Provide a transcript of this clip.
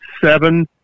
seven